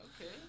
Okay